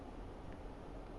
EMPTY-